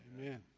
Amen